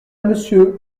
monsieur